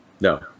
no